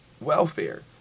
welfare